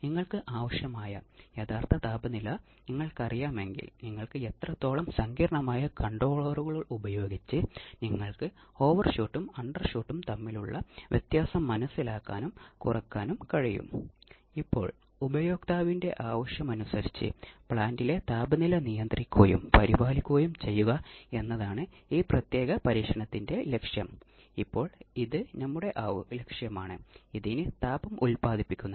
sinusoidal ഓസിലേറ്ററുകൾക്ക് പൂർണ്ണമായും sinusoidal തരംഗങ്ങൾ സൃഷ്ടിക്കാൻ കഴിയും ഔട്ട്പുട്ട് സിനുസോയ്ഡൽ അല്ലാത്തതാണെങ്കിൽ അത് സ്ക്വയർ ത്രികോണ തരംഗം പോലുള്ള തരംഗരൂപങ്ങൾ ഉൽപാദിപ്പിക്കുന്നു